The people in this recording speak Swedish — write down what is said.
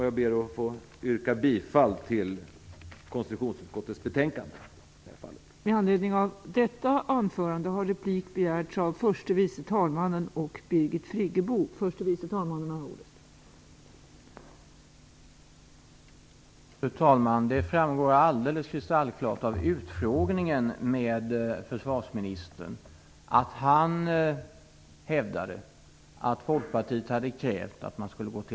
Jag ber att få yrka bifall till hemställan i konstitutionsutskottets betänkande i detta fall.